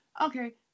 Okay